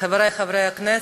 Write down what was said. חברי חברי הכנסת,